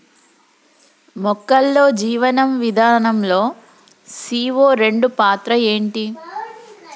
మొక్కల్లో జీవనం విధానం లో సీ.ఓ రెండు పాత్ర ఏంటి?